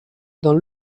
dans